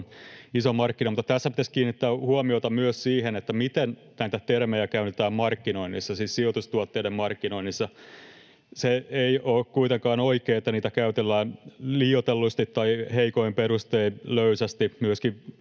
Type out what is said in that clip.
mutta tässä pitäisi kiinnittää huomiota myös siihen, miten näitä termejä käytetään sijoitustuotteiden markkinoinnissa. Se ei ole kuitenkaan oikein, että niitä käytellään liioitellusti tai heikoin perustein löysästi